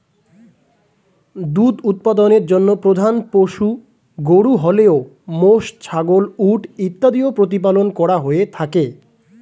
দুধ উৎপাদনের জন্য প্রধান পশু গরু হলেও মোষ, ছাগল, উট ইত্যাদিও প্রতিপালন করা হয়ে থাকে